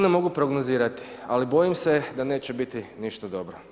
ne mogu prognozirati, ali bojim se da neće biti ništa dobro.